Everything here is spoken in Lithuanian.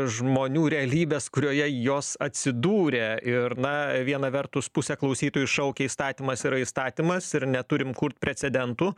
žmonių realybės kurioje jos atsidūrė ir na viena vertus pusė klausytojų šaukia įstatymas yra įstatymas ir neturim kurt precedentų